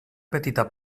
petita